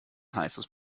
heißes